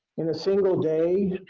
in a single day,